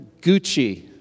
GUCCI